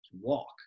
walk